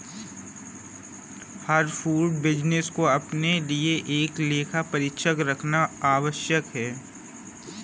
हर food business को अपने लिए एक लेखा परीक्षक रखना आवश्यक है